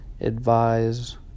advise